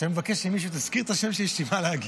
שהייתי מבקש ממישהו שיזכיר את השם שלי כי יש לי מה להגיד.